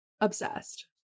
obsessed